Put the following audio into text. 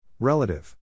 Relative